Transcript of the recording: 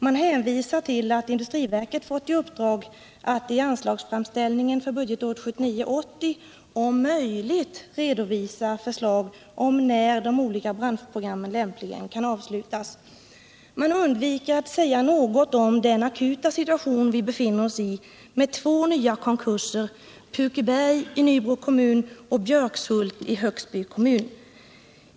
Man hänvisar till att industriverket fått i uppdrag att i anslagsframställningen för budgetåret 1979/80 om möjligt redovisa förslag om när de olika branschprogrammen lämpligen kan avslutas. Man undviker att säga något om den akuta situation vi befinner oss i, med två nya konkurser, nämligen vid glasbruken Pukeberg i Nybro kommun och Björkshult i Högsby kommun.